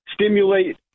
stimulate